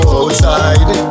outside